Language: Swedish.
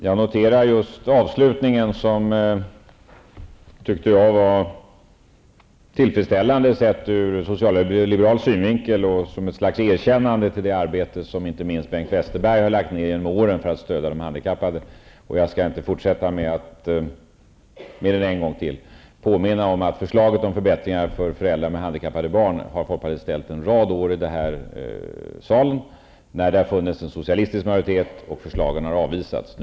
Herr talman! Jag noterade avslutningen som jag tyckte var tillfredsställande ur socialliberal synvinkel. Det var ett slags erkännande för det arbete som inte minst Bengt Westerberg under årens lopp har lagt ned för att stödja de handikappade. Jag skall bara en gång till påminna om att folkpartiet i den här salen under en rad år har föreslagit förbättringar för föräldrar med handikappade barn. Då fanns det en socialistisk majoritet och förslagen avvisades.